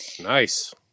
Nice